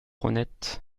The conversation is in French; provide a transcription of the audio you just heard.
honnête